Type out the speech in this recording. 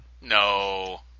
No